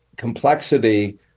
Complexity